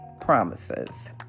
promises